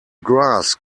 grass